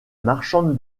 marchande